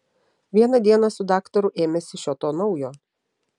vieną dieną su daktaru ėmėsi šio to naujo